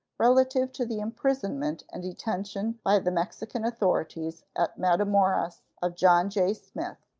relative to the imprisonment and detention by the mexican authorities at matamoras of john jay smith,